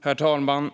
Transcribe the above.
Herr talman!